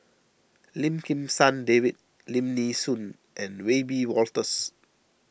Lim Kim San David Lim Nee Soon and Wiebe Wolters